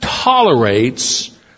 tolerates